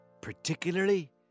particularly